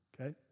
Okay